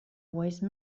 wise